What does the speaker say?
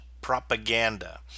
propaganda